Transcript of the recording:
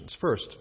First